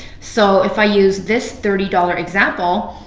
so if i use this thirty dollars example,